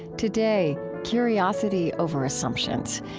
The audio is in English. today, curiosity over assumptions.